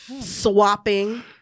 swapping